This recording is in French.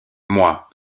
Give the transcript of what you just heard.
moi